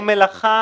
זה מלאכה